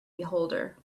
beholder